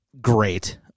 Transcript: great